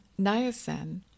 niacin